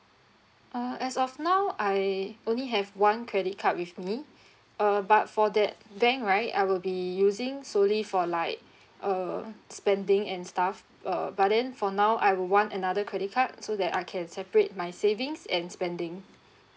uh as of now I only have one credit card with me uh but for that bank right I will be using solely for like uh spending and stuff uh but then for now I would one another credit card so that I can separate my savings and spending